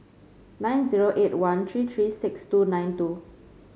nine zero eight one three three six two nine two